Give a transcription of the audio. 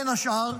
בין השאר,